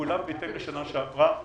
בהתאם לשנה שעברה.